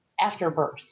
Afterbirth